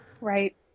right